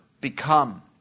become